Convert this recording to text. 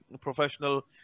professional